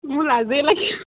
মোৰ লাজেই